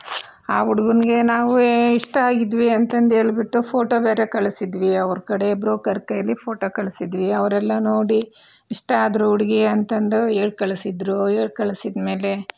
ಆ ಹುಡುಗನಿಗೆ ನಾವು ಇಷ್ಟ ಆಗಿದ್ವಿ ಅಂತಂದು ಹೇಳ್ಬಿಟ್ಟು ಫೋಟೋ ಬೇರೆ ಕಳಿಸಿದ್ವಿ ಅವರು ಕಡೆ ಬ್ರೋಕರ್ ಕೈಯ್ಯಲ್ಲಿ ಫೋಟೋ ಕಳಿಸಿದ್ವಿ ಅವರೆಲ್ಲ ನೋಡಿ ಇಷ್ಟ ಆದ್ರು ಹುಡುಗಿ ಅಂತಂದು ಹೇಳಿ ಕಳಿಸಿದ್ರು ಹೇಳಿ ಕಳಿಸಿದ್ಮೇಲೆ